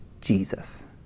Jesus